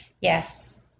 Yes